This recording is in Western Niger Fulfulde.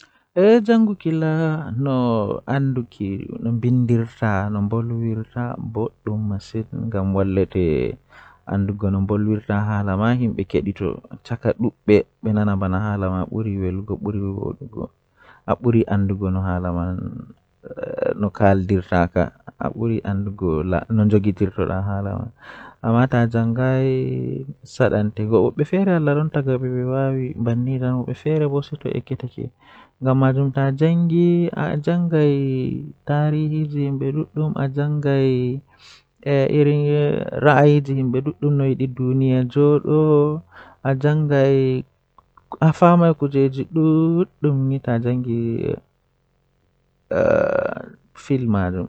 Ko ɗum waawugol, kono fota neɗɗo waɗataa njiddungol e personal happiness kadi, sabu ɗuum woodani semmbugol ɗi njamɗi. So a heɓi fota ngal, ɗuum njogitaa wonde kadi njarɗe, e jammaaji wattan. njogorde e jamii ko njaŋnguɗi ko naatude e jam, so no a waawi ndarugol e ɓamɗe heɓde hokkataaji ɗum.